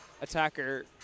attacker